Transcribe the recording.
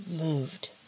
moved